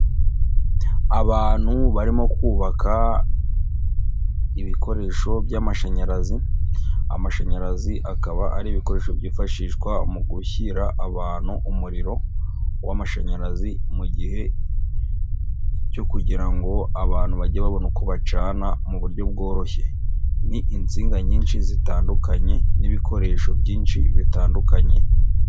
Abantu barimo kubaka ibikoresho by'amashanyarazi, amashanyarazi akaba ari ibikoresho byifashishwa mu gushyira abantu umuriro w'amashanyarazi mu gihe cyo kugira ngo abantu bage babone uko bacana mu buryo bworoshye, ni insinga nyinshi zitandukanye n'ibikoresho byinshi bitandukanye.